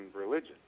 religion